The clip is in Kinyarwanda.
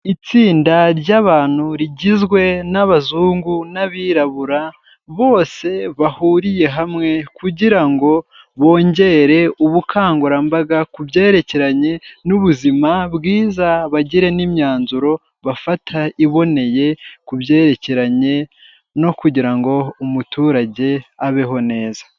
Itsinda ry'abantu rigizwe n'Abazungu n'Abirabura, bose bahuriye hamwe kugira ngo bongere ubukangurambaga ku byerekeranye n'ubuzima bwiza, bagire n'imyanzuro bafata iboneye ku byerekeranye no kugira ngo umuturage abeho neza.